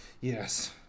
Yes